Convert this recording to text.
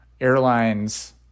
airlines